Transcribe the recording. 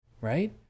Right